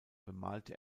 bemalte